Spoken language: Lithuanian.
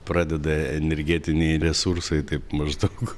pradeda energetiniai resursai taip maždaug